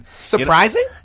Surprising